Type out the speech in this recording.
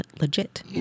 legit